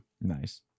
Nice